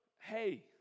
hey